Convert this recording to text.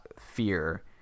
fear